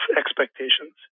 expectations